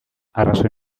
arrazoi